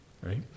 right